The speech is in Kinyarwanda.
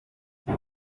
hari